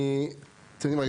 אני, אתם יודעים מה?